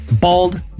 bald